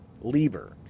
Lieber